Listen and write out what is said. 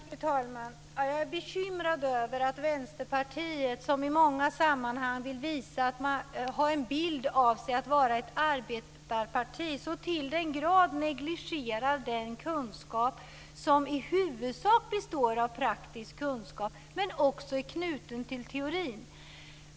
Fru talman! Jag är bekymrad över att Vänsterpartiet, som i många sammanhang vill visa en bild av sig själv som arbetarparti, så till den grad negligerar den kunskap som i huvudsak består av praktisk kunskap men också är knuten till teorin.